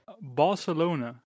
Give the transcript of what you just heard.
Barcelona